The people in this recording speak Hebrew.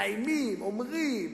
מאיימים, אומרים.